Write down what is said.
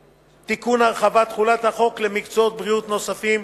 (תיקון) (הרחבת תחולת החוק למקצועות בריאות נוספים),